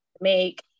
make